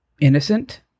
Innocent